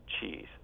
cheese